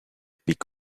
peak